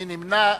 מי נמנע?